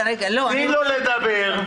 תני לו לדבר,